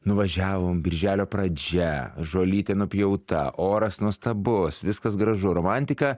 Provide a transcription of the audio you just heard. nuvažiavom birželio pradžia žolytė nupjauta oras nuostabus viskas gražu romantika